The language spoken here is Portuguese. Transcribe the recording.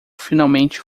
finalmente